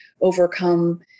overcome